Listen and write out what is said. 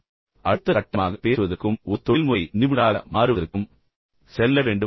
நீங்கள் தன்னம்பிக்கை அடைந்தவுடன் அடுத்த கட்டமாக பேசுவதற்கும் ஒரு தொழில்முறை நிபுணராக மாறுவதற்கும் செல்ல வேண்டும்